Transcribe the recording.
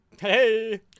Hey